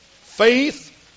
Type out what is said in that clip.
faith